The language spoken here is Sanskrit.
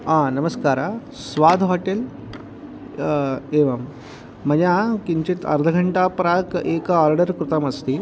आ नमस्कार स्वाद् होटेल् एवं मया किञ्चित् अर्धघण्टा प्राक् एका आर्डर् कृतमस्ति